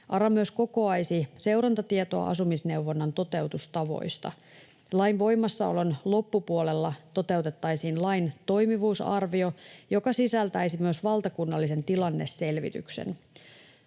ARA myös kokoaisi seurantatietoa asumisneuvonnan toteutustavoista. Lain voimassaolon loppupuolella toteutettaisiin lain toimivuusarvio, joka sisältäisi myös valtakunnallisen tilanneselvityksen.